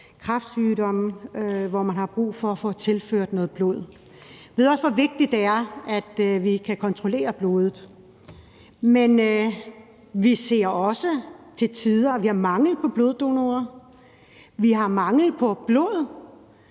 kræftsygdomme, hvor man har brug for at få tilført noget blod, og hvad der ellers er. Vi ved også, hvor vigtigt det er, at vi kan kontrollere blodet. Men vi ser også til tider, at vi har mangel på bloddonorer, at vi har mangel på blod